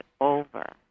over